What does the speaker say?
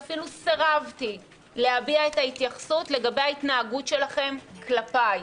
ואפילו סירבתי להביע התייחסות לגבי ההתנהגות שלכם כלפיי.